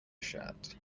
shirt